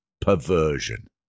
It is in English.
perversion